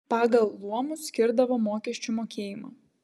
pagal luomus skirdavo mokesčių mokėjimą